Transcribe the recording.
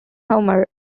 homer